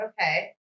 okay